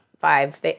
five